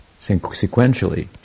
sequentially